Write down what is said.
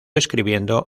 escribiendo